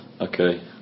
Okay